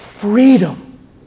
freedom